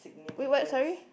wait what sorry